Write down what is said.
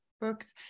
books